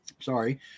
Sorry